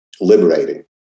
liberating